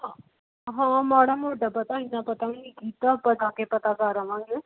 ਹਾਂ ਮਾੜਾ ਮੋਟਾ ਪਤਾ ਇੰਨਾ ਪਤਾ ਵੀ ਨਹੀਂ ਕੀਤਾ ਆਪਾਂ ਜਾ ਕੇ ਪਤਾ ਕਰ ਆਵਾਂਗੇ